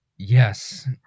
yes